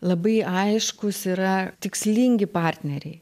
labai aiškūs yra tikslingi partneriai